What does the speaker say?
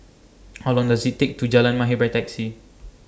How Long Does IT Take to get to Jalan Mahir By Taxi